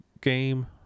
game